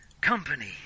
company